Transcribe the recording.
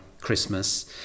Christmas